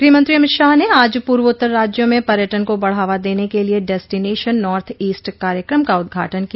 गृहमंत्री अमित शाह ने आज पूर्वोत्तर राज्यों में पर्यटन को बढ़ावा देने के लिए डेस्टीनेशन नोर्थ ईस्ट कार्यक्रम का उद्घाटन किया